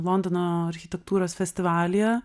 londono architektūros festivalyje